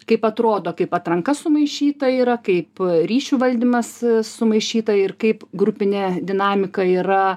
kaip atrodo kaip atranka sumaišyta yra kaip ryšių valdymas sumaišyta ir kaip grupinė dinamika yra